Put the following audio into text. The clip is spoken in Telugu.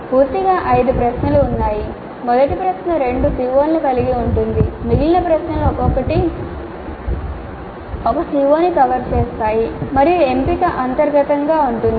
పూర్తిగా ఐదు ప్రశ్నలు ఉన్నాయి మొదటి ప్రశ్న రెండు CO లను కలిగి ఉంటుంది మిగిలిన ప్రశ్నలు ఒక్కొక్కటి ఒక CO ని కవర్ చేస్తాయి మరియు ఎంపిక అంతర్గతంగా ఉంటుంది